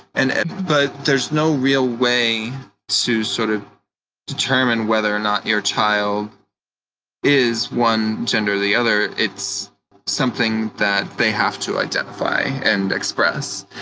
and and but there's no real way to sort of determine whether or not your child is one gender or the other. it's something that they have to identify and express.